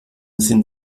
sind